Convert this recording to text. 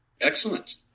excellent